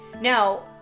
Now